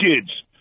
kids